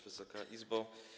Wysoka Izbo!